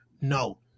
No